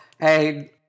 hey